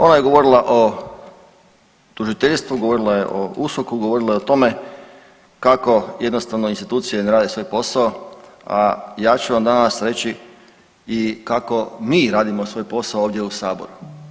Ona je govorila o tužiteljstvu, govorila je o USKOK-u, govorila je o tome kako jednostavno institucije ne rade svoj posao, a ja ću vam danas reći i kako mi radimo svoj postao ovdje u Saboru.